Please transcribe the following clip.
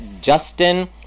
justin